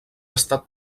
estat